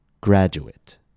graduate